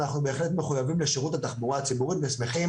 אנחנו בהחלט מחויבים לשירות התחבורה הציבורית ושמחים